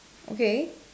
okay